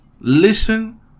Listen